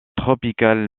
tropicale